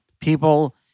People